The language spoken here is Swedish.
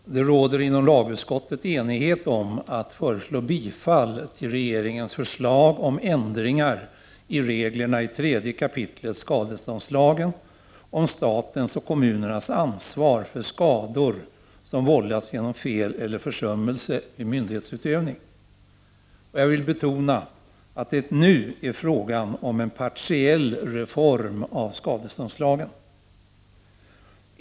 Herr talman! Det råder inom lagutskottet enighet om att föreslå bifall till regeringens förslag om ändringar i reglerna i 3 kap. skadeståndslagen om statens och kommunernas ansvar för skador som vållats genom fel eller försummelse vid myndighetsutövning. Jag vill betona att det nu är fråga om en partiell reform av skadeståndslagen.